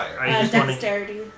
Dexterity